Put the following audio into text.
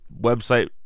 website